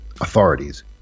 authorities